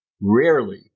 Rarely